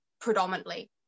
predominantly